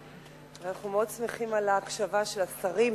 ואנחנו מאוד שמחים על ההקשבה של השרים,